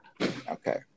Okay